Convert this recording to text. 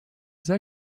this